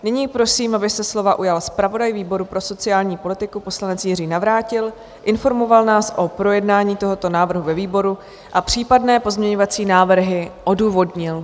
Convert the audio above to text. Nyní prosím, aby se slova ujal zpravodaj výboru pro sociální politiku, poslanec Jiří Navrátil, informoval nás o projednání tohoto návrhu ve výboru a případné pozměňovací návrhy odůvodnil.